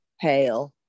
pale